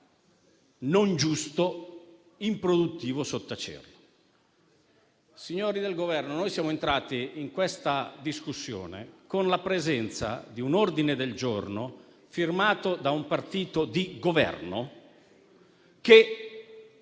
non giusto e improduttivo sottacerlo. Signori del Governo, noi siamo entrati in questa discussione con la presenza di un ordine del giorno firmato da un partito di Governo, che